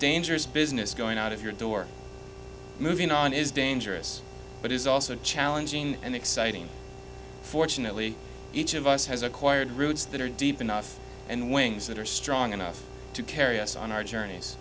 dangerous business going out of your door moving on is dangerous but is also challenging and exciting fortunately each of us has acquired routes that are deep in us and wings that are strong enough to carry us on our journeys